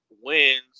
wins